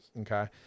okay